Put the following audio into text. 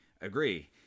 agree